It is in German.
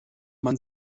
man